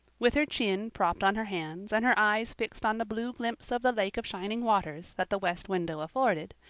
with her chin propped on her hands and her eyes fixed on the blue glimpse of the lake of shining waters that the west window afforded,